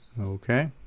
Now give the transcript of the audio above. Okay